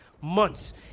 months